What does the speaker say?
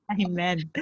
Amen